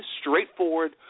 straightforward